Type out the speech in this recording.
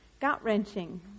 Gut-wrenching